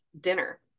dinner